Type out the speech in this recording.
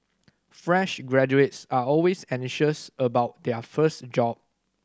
fresh graduates are always anxious about their first job